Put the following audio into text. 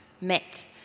met